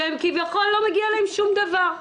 שכביכול לא מגיע להם שום דבר.